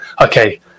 okay